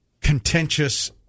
contentious